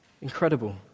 Incredible